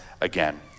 again